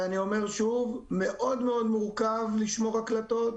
ואני אומר שוב, מאוד מאוד מורכב לשמור הקלטות,